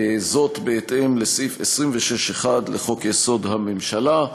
בהתאם לסעיף 26(1) לחוק-יסוד: הממשלה.